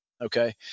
Okay